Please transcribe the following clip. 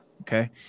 okay